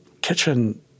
kitchen